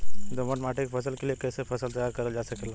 दोमट माटी के फसल के लिए कैसे तैयार करल जा सकेला?